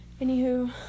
Anywho